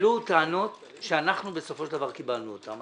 עלו טענות שאנחנו בסופו של דבר קיבלנו אותן.